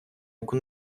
яку